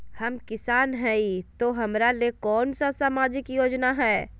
हम किसान हई तो हमरा ले कोन सा सामाजिक योजना है?